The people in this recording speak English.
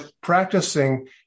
practicing